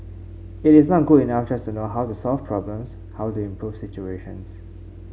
it is not good enough just to know how to solve problems how to improve situations